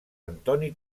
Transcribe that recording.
antonio